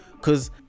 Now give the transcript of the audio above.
Cause